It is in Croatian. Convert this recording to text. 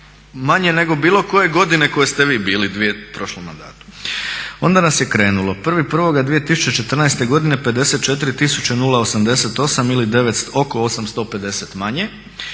manje nego bilo koje godine koje ste vi bili u prošlom mandatu. Onda nas je krenulo, 1.1.2014.godine 54.088 ili 850 manje